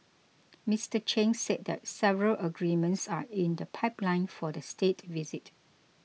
Mister Chen said that several agreements are in the pipeline for the State Visit